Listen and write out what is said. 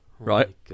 Right